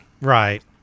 Right